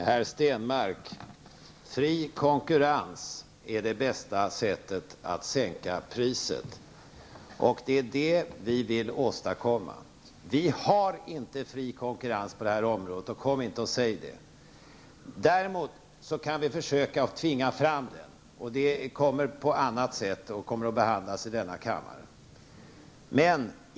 Herr talman! Fri konkurrens är det bästa sättet att sänka priset, herr Stenmarck. Det är det vi vill åstadkomma. Vi har inte fri konkurrens på det här området -- kom inte och säg det! Däremot kan vi försöka tvinga fram det, och det skall vi också göra. Det kommer vi att göra på annat sätt, och det ärendet kommer också att behandlas här i kammaren.